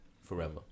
forever